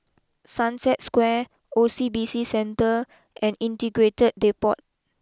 Sunset Square O C B C Centre and Integrated Depot